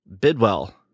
Bidwell